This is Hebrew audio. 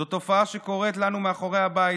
זו תופעה שקורית לנו מאחורי הבית,